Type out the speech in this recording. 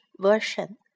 version